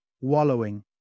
wallowing